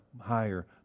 Higher